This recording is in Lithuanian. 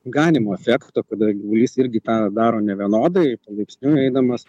ganymo efekto kada gyvulys irgi tą daro nevienodai palaipsniui eidamas